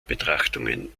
betrachtungen